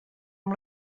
amb